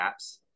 apps